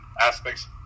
aspects